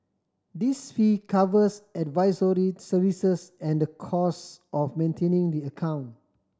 this fee covers advisory services and the cost of maintaining the account